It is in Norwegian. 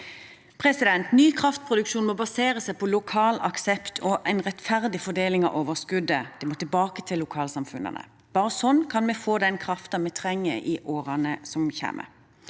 lands. Ny kraftproduksjon må basere seg på lokal aksept og en rettferdig fordeling av overskuddet. Det må tilbake til lokalsamfunnene. Bare sånn kan vi få den kraften vi trenger i årene som kommer.